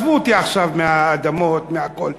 עזבו אותי עכשיו מהאדמות ומהכול.